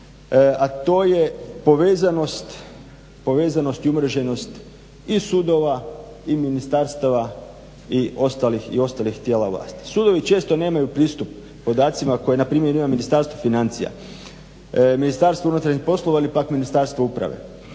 a to je povezanost i umreženost i sudova i ministarstava i ostalih tijela vlasti. Sudovi često nemaju pristup podacima koje na primjer ima Ministarstvo financija, Ministarstvo unutarnjih poslova ili pak Ministarstvo uprave.